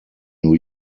new